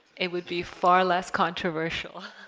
it would be far less controversial